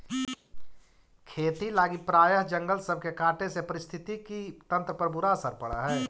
खेती लागी प्रायह जंगल सब के काटे से पारिस्थितिकी तंत्र पर बुरा असर पड़ हई